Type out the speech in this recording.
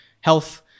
health